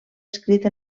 escrit